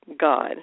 god